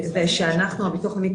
ושאנחנו הביטוח לאומי,